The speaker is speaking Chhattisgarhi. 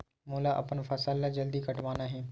मोला अपन फसल ला जल्दी कटवाना हे?